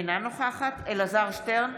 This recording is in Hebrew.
אינה נוכחת אלעזר שטרן,